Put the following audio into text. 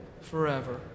forever